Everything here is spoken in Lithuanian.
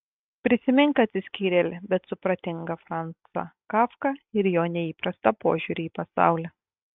prisimink atsiskyrėlį bet supratingą francą kafką ir jo neįprastą požiūrį į pasaulį